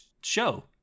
show